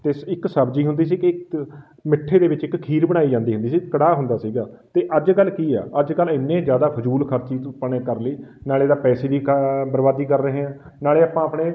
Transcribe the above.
ਅਤੇ ਸ ਇੱਕ ਸਬਜ਼ੀ ਹੁੰਦੀ ਸੀ ਕਿ ਇੱਕ ਮਿੱਠੇ ਦੇ ਵਿੱਚ ਇੱਕ ਖੀਰ ਬਣਾਈ ਜਾਂਦੀ ਹੁੰਦੀ ਸੀ ਕੜਾਹ ਹੁੰਦਾ ਸੀਗਾ ਅਤੇ ਅੱਜ ਕੱਲ੍ਹ ਕੀ ਆ ਅੱਜ ਕੱਲ੍ਹ ਇੰਨੇ ਜ਼ਿਆਦਾ ਫਜ਼ੂਲ ਖਰਚੀ ਆਪਾਂ ਨੇ ਕਰ ਲਈ ਨਾਲੇ ਤਾਂ ਪੈਸੇ ਦੀ ਕਾ ਬਰਬਾਦੀ ਕਰ ਰਹੇ ਹਾਂ ਨਾਲੇ ਆਪਾਂ ਆਪਣੇ